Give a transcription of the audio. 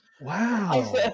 Wow